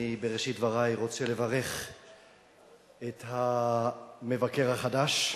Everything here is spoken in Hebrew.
אני בראשית דברי רוצה לברך את המבקר החדש,